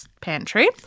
pantry